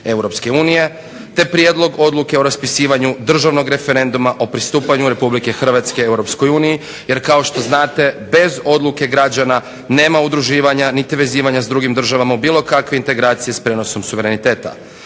Europske unije te Prijedlog odluke o raspisivanju Državnog referenduma o pristupanju Republike Hrvatske Europskoj uniji jer kao što znate bez odluke građana nema udruživanja niti vezivanja s drugim državama u bilo kakve integracije s prijenosom suvereniteta.